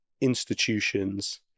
institutions